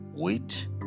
wheat